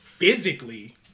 Physically